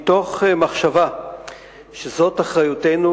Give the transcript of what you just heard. מתוך מחשבה שזאת אחריותנו,